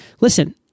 listen